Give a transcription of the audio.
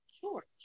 Sure